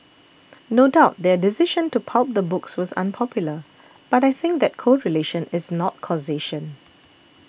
no doubt their decision to pulp the books was unpopular but I think that correlation is not causation